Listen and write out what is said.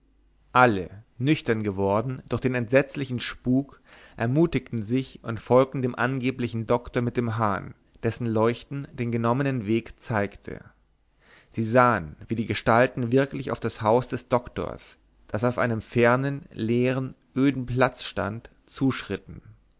alle nüchtern geworden durch den entsetzlichen spuk ermutigten sich und folgten dem angeblichen doktor mit dem hahn dessen leuchten den genommenen weg zeigte sie sahen wie die gestalten wirklich auf das haus des doktors das auf einem fernen leeren öden platze stand zuschritten